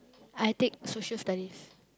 I take Social-Studies